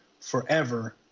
forever